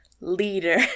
leader